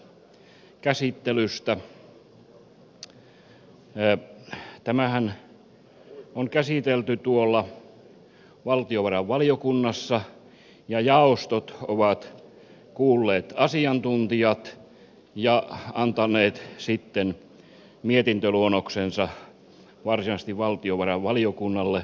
tämähän on käsitelty tuolla valtiovarainvaliokunnassa ja jaostot ovat kuulleet asiantuntijat ja antaneet sitten mietintöluonnoksensa varsinaisesti valtiovarainvaliokunnalle